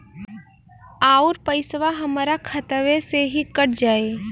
अउर पइसवा हमरा खतवे से ही कट जाई?